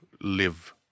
live